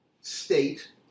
state